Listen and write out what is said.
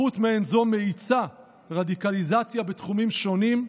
התפתחות מעין זו מאיצה רדיקליזציה בתחומים שונים,